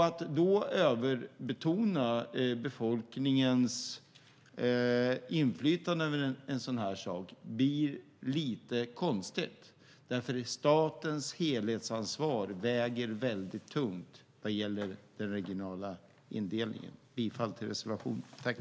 Att då överbetona befolkningens inflytande över en sådan sak blir lite konstigt, för statens helhetsansvar vad gäller den regionala indelningen väger väldigt tungt. Jag yrkar bifall till reservationen.